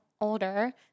older